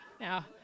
now